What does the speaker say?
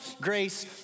grace